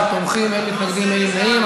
11 תומכים, אין מתנגדים ואין נמנעים.